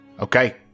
Okay